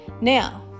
Now